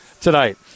tonight